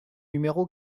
numéro